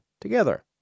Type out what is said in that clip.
together